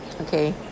Okay